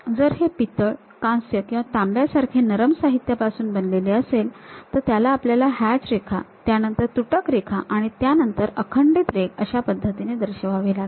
जर हे पितळ कांस्य किंवा तांब्या सारखे नरम साहित्यापासून बनलेले असेल तर त्याला आपल्याला हॅच रेखा त्यानंतर तुटक रेखा आणि त्यानंतर अखंडित रेघ अशा पद्धतीने दर्शवावे लागेल